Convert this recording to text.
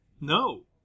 No